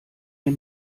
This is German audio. mir